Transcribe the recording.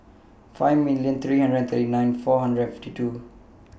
five million three hundred and thirty nine four hundred and fifty two